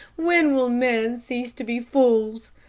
when will men cease to be fools?